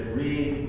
read